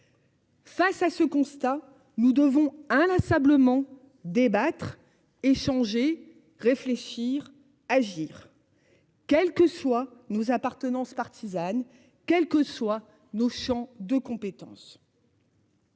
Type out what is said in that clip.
Face à ce constat, nous devons inlassablement débattre, échanger réfléchir, agir. Et. Quelles que soient nos appartenances partisanes, quelles que soient nos champs de compétence.